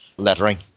lettering